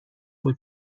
بود